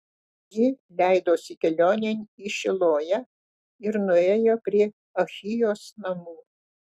ji leidosi kelionėn į šiloją ir nuėjo prie ahijos namų